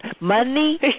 Money